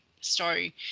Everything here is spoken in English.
story